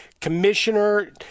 Commissioner